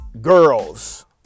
girls